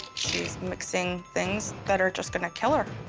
she's mixing things that are just gonna kill her.